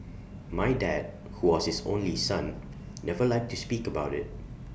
my dad who was his only son never liked to speak about IT